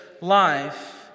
life